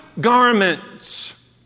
garments